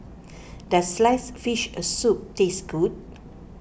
does Sliced Fish Soup taste good